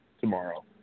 tomorrow